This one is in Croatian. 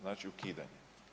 Znači ukidanje.